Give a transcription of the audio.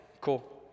cool